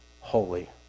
holy